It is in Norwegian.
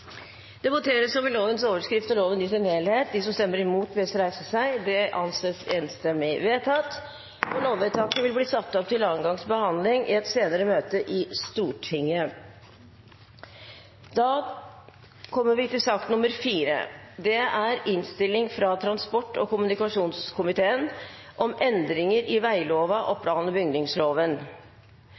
Det voteres over lovens overskrift og loven i sin helhet. Lovvedtaket vil bli satt opp til andre gangs behandling i et senere møte i Stortinget. Da kommer vi til voteringen over innstillingen fra transport- og kommunikasjonskomiteen om endringer i veglova og plan- og bygningsloven.